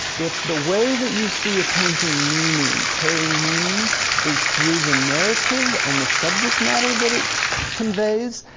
if the way that you see a painting meaning, carrying meaning is through the narrative and the subject matter that it conveys,